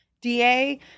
DA